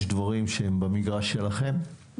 יש דברים שהם במגרש שלכם,